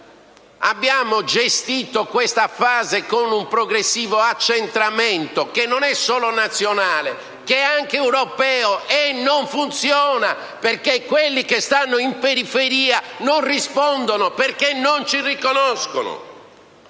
Abbiamo gestito questa fase con un progressivo accentramento, che non è solo nazionale, ma è anche europeo, e non funziona. Quelli che stanno in periferia non rispondono, perché non ci riconoscono.